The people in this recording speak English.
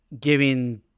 giving